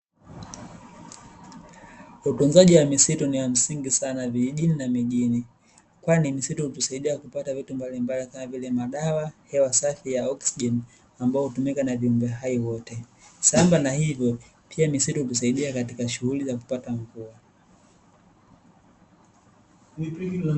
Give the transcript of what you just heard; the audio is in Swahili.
Utunzaji wa misitu ni wa msingi sana vijijini na mijini, kwani misitu hutusaidia kupata vitu mbalimbali kama vile madawa na hewa safi ya oxijeni ambayo hutumiwa na viumbe hai wote. Sambamba na hivo pia misitu hutusaidia katika shughuli za kupata mvua.